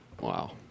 Wow